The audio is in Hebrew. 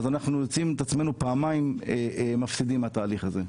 אז אנחנו מוצאים את עצמנו פעמיים מפסידים מהתהליך הזה.